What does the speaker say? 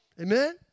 Amen